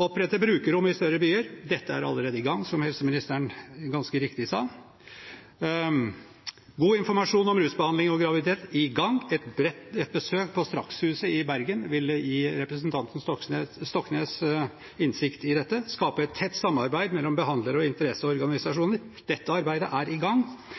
opprette brukerrom i de større byene Dette er allerede i gang, som helseministeren ganske riktig sa. sørge for god informasjon om rusbehandling og graviditet.» Det er i gang. Et besøk på Strax-huset i Bergen ville gitt representanten Stoknes innsikt i dette. skape et tett samarbeid mellom behandlere» og «interesseorganisasjoner Dette arbeidet er i gang.